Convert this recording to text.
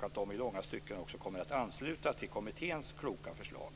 att dessa också i långa stycken kommer att ansluta till kommitténs kloka förslag.